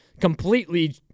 completely